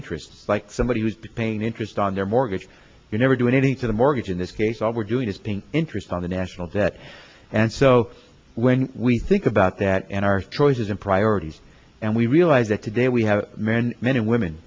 interest like somebody who's paying interest on their mortgage you never do anything for the mortgage in this case all we're doing is paying interest on the national debt and so when we think about that and our choices and priorities and we realize that today we have men men and women